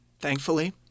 thankfully